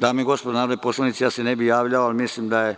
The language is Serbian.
Dame i gospodo narodni poslanici, ne bih se javljao, ali mislim da je